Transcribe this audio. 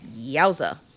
yowza